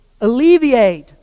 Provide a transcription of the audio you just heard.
alleviate